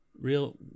real